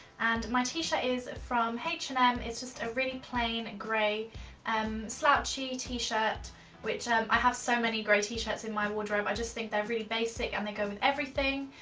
and my t-shirt is from h and m, it's just a really plain and gray um slouchy t-shirt which um i have so many gray t-shirts in my wardrobe. i just think they're really basic and they go with everything.